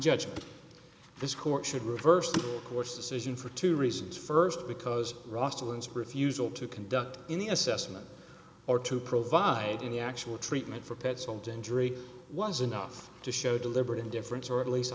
judgment this court should reverse the course decision for two reasons st because ross to his refusal to conduct any assessment or to provide any actual treatment for petzold injury was enough to show deliberate indifference or at least